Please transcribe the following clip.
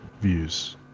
views